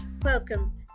welcome